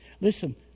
Listen